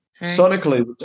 Sonically